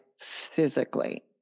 physically